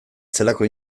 zelako